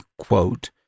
quote